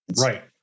Right